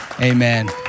Amen